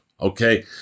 Okay